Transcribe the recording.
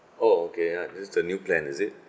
oh okay uh this the new plan is it